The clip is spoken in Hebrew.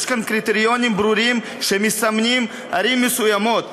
יש כאן קריטריונים ברורים שמסמנים ערים מסוימות.